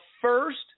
first